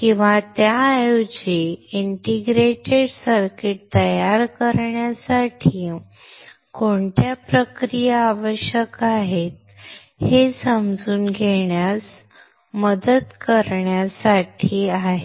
किंवा त्याऐवजी integrated circuit तयार करण्यासाठी कोणत्या प्रक्रिया आवश्यक आहेत हे समजून घेण्यास मदत करण्यासाठी आहे